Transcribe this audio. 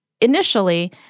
Initially